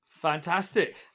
Fantastic